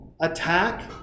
attack